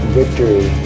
victory